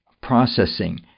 processing